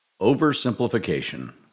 Oversimplification